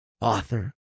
author